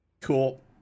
Cool